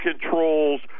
controls